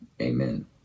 Amen